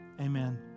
Amen